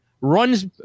runs